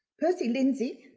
percy lindsay,